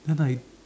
then I